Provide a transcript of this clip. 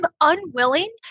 unwilling